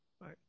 right